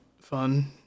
fun